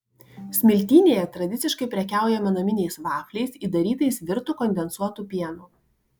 smiltynėje tradiciškai prekiaujama naminiais vafliais įdarytais virtu kondensuotu pienu